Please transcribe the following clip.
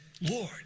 Lord